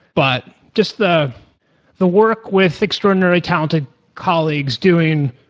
but just the the work with extraordinarily talented colleagues doing,